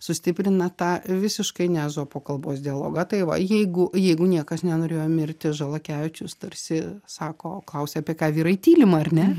sustiprina tą visiškai ne ezopo kalbos dialogą tai va jeigu jeigu niekas nenorėjo mirti žalakevičius tarsi sako klausia apie ką vyrai tylima ar ne